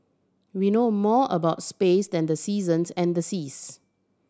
we know more about space than the seasons and the seas